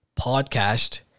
podcast